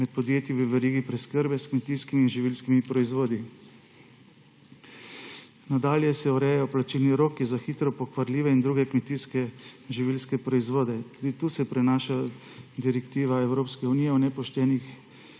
med podjetji v verigi preskrbe s kmetijskimi in živilskimi proizvodi. Nadalje. Urejajo se plačilni roki za hitro pokvarljive in druge kmetijske živilske proizvode. Tudi tu se prenaša direktiva Evropske unije o nepoštenih